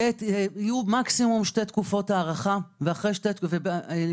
יהיו מקסימום שתי תקופות הארכה ולפני